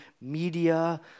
media